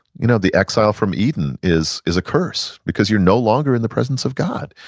you know the exile from eden is is a curse because you're no longer in the presence of god.